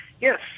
Yes